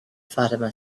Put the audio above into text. fatima